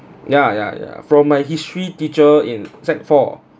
ya ya ya from my history teacher in sec four